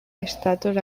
estatus